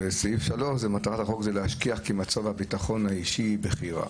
סעיף 3: מטרת החוק זה להשכיח כי מצב הביטחון האישי בכי רע.